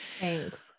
Thanks